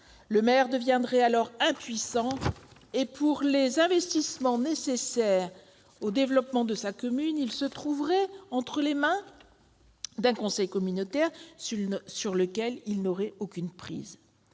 Le maire deviendrait alors impuissant, et pour les investissements nécessaires au développement de sa commune, il se trouverait entre les mains d'un conseil communautaire sur lequel il n'aurait aucune prise.